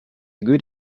good